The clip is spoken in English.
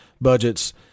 budgets